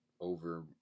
over